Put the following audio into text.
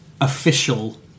official